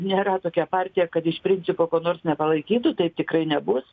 nėra tokia partija kad iš principo ko nors nepalaikytų taip tikrai nebus